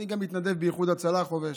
אני מתנדב באיחוד הצלה כחובש,